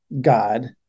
God